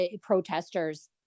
protesters